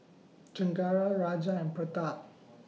Chengara Raja and Pratap